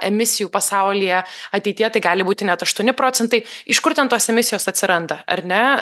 emisijų pasaulyje ateityje tai gali būti net aštuoni procentai iš kur ten tos emisijos atsiranda ar ne